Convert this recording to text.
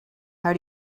how